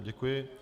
Děkuji.